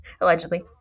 Allegedly